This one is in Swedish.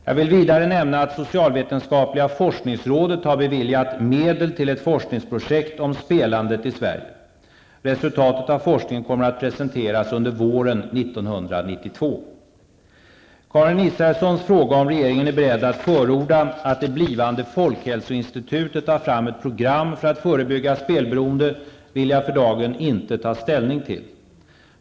Jag vill vidare nämna att socialvetenskapliga forskningsrådet har beviljat medel till ett forskningsprojekt om spelandet i Sverige. Resultatet av forskningen kommer att presenteras under våren 1992. Karin Israelssons fråga om regeringen är beredd att förorda att det blivande folkhälsoinstitutet tar fram ett program för att förebygga spelberoende vill jag för dagen inte ta ställning till.